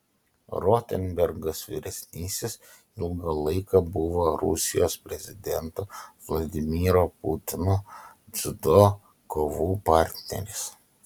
rotenbergas vyresnysis ilgą laiką buvo rusijos prezidento vladimiro putino dziudo kovų partneris